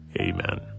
Amen